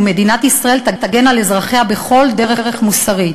ומדינת ישראל תגן על אזרחיה בכל דרך מוסרית.